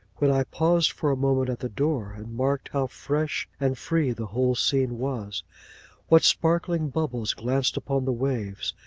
when i paused for a moment at the door, and marked how fresh and free the whole scene was what sparkling bubbles glanced upon the waves,